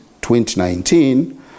2019